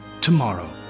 tomorrow